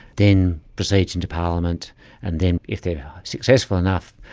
then proceeds into parliament and then, if they are successful enough,